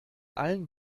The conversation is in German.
allen